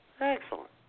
Excellent